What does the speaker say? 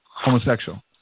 Homosexual